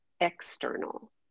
external